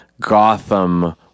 Gotham